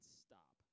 stop